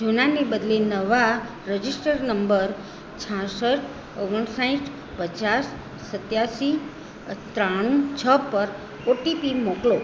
જૂનાને બદલે નવા registered number છાસઠ ઓગણસાઠ પચાસ સત્યાશી ત્રાણું છ પર ઓટીપી મોકલો